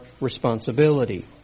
responsibility